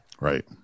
Right